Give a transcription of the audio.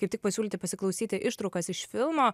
kaip tik pasiūlyti pasiklausyti ištraukas iš filmo